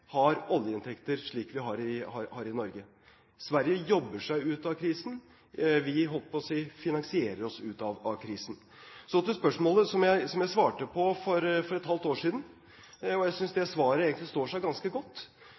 har oljeinntekter, slik vi har i Norge. Sverige jobber seg ut av krisen, vi – jeg holdt på å si – finansierer oss ut av krisen. Så til spørsmålet, som jeg svarte på for et halvt år siden. Jeg synes det svaret egentlig står seg ganske godt,